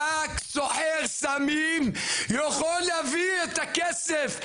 רק סוחר סמים יכול להביא את הכסף.